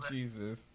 Jesus